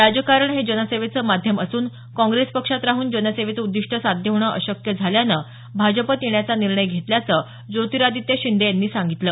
राजकारण हे जनसेवेचं माध्यम असून काँग्रेस पक्षात राहून जनसेवेचं उद्दीष्ट साध्य होणं अशक्य झाल्यानं भाजपात येण्याचा निर्णय घेतल्याचं ज्योतिरादित्य शिंदे यांनी सांगितलं